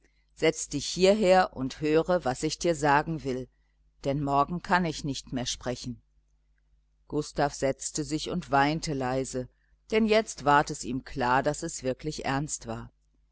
setze dich hierher und höre was ich dir sagen will denn morgen kann ich nicht mehr sprechen gustav setzte sich und weinte leise denn jetzt ward es ihm klar daß es wirklich ernst war